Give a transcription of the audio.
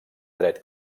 dret